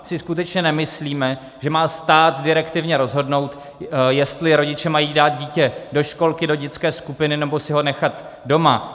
My si skutečně nemyslíme, že má stát direktivně rozhodnout, jestli rodiče mají dát dítě do školky, do dětské skupiny nebo si ho nechat doma.